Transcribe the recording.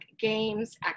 games